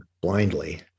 blindly